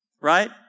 right